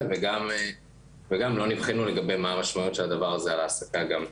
וגם הם לא נבחנו לגבי מה המשמעויות של הדבר הזה על ההעסקה גם,